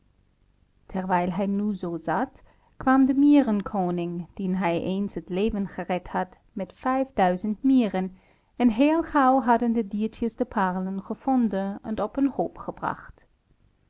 terwijl hij nu zoo zat kwam de mierenkoning dien hij eens het leven gered had met vijfduizend mieren en heel gauw hadden de diertjes de paarlen gevonden en op een